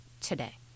today